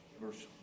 verse